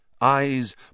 Eyes